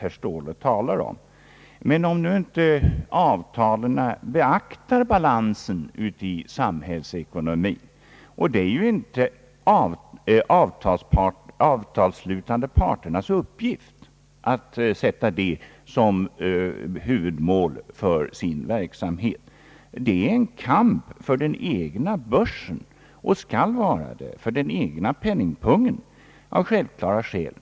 Men avtalen har ju inte tillkommit för att beakta balansen i samhällsekonomin, eftersom det inte är de avtalsslutande parternas uppgift att ha detta huvudmål. Där gäller det en kamp för den egna penningbörsen och skall så vara av självklara skäl.